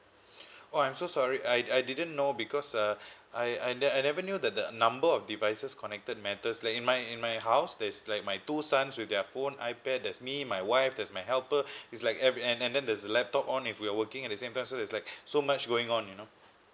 oh I'm so sorry I I didn't know because uh I I I never knew that the number of devices connected matters like in my in my house there's like my two sons with their phone ipad there's me my wife there's my helper it's like every and and then there's a laptop on if we're working at the same time so it's like so much going on you know